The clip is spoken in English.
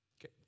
Okay